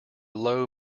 low